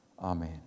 Amen